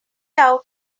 out